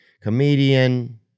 comedian